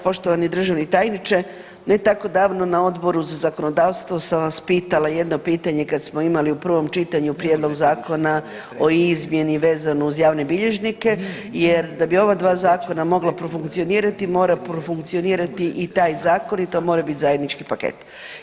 Poštovani državni tajniče, ne tako davno na Odboru za zakonodavstvo sam vas pitala jedno pitanje kad smo imali u prvom čitanju prijedlog Zakona o izmjeni vezano uz javne bilježnike jer da bi ova dva zakona mogla profunkcionirati, mora profunkcionirati i taj zakon i to mora biti zajednički paket.